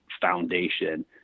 foundation